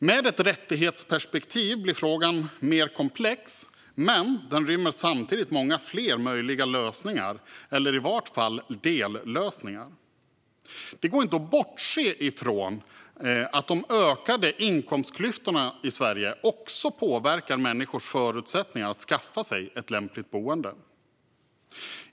Med ett rättighetsperspektiv blir frågan också mer komplex, men den rymmer samtidigt många fler möjliga lösningar eller i vart fall dellösningar. Det går inte att bortse från att de ökande inkomstklyftorna i Sverige också påverkar människors förutsättningar att skaffa sig ett lämpligt boende.